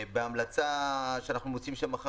בהמלצה אחרת אנחנו מוצאים גם כן: